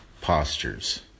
postures